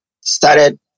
started